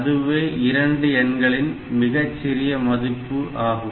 அதுவே இரண்டு எண்களின் மிகச் சிறிய மதிப்பு ஆகும்